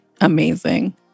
Amazing